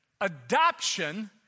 adoption